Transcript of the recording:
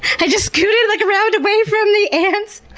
i just scooted like around away from the ants,